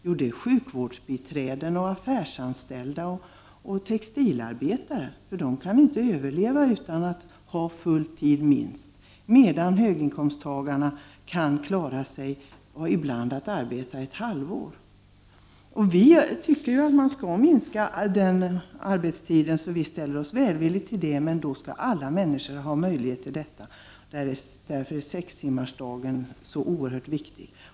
Jo, det är sjukvårdsbiträden, affärsanställda och textilarbetare, som inte kan överleva utan att arbeta minst full tid, medan höginkomsttagarna kan klara sig, kanske genom att arbeta bara under halva året. Vi anser att arbetstiden skall minskas, och vi ställer oss därför välvilliga till en arbetstidsminskning. Men då skall alla människor ha möjlighet att minska sin arbetstid, och därför är sextimmarsdagen någonting oerhört viktigt.